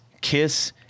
Kiss